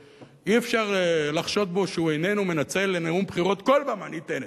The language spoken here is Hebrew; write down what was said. ואי-אפשר לחשוד בו שהוא איננו מנצל לנאום בחירות כל במה ניתנת,